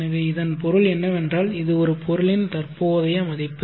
எனவே இதன் பொருள் என்னவென்றால் இது ஒரு பொருளின் தற்போதைய மதிப்பு